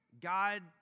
God